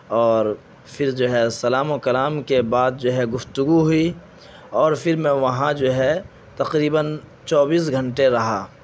اور پھر جو ہے سلام و کلام کے بعد جو ہے گفتگو ہوئی اور میں وہاں جو ہے تقریباً چوبیس گھنٹے رہا